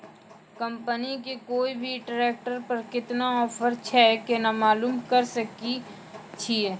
Company के कोय भी ट्रेक्टर पर केतना ऑफर छै केना मालूम करऽ सके छियै?